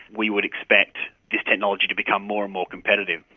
we would expect this technology to become more and more competitive.